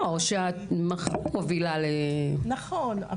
לא, שהמערכת מובילה --- נכון.